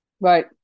Right